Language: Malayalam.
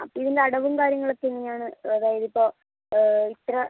അപ്പം ഇതിൻ്റെ അടവും കാര്യങ്ങളൊക്കെ എങ്ങനെയാണ് അതായത് ഇതിപ്പോൾ ഇത്ര